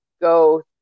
go